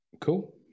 Cool